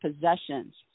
possessions